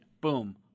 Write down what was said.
boom